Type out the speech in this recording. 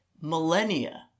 millennia